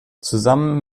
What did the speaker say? zusammen